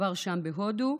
כבר שם, בהודו.